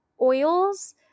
oils